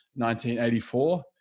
1984